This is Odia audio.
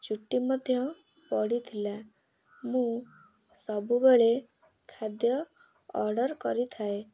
ଚୁଟି ମଧ୍ୟ ପଡ଼ିଥିଲା ମୁଁ ସବୁବେଳେ ଖାଦ୍ୟ ଅର୍ଡ଼ର୍ କରିଥାଏ